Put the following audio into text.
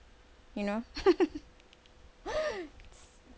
you know